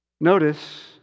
Notice